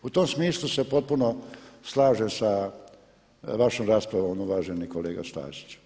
U tom smislu se potpuno slažem sa vašom raspravom uvaženi kolega Stazić.